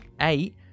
Eight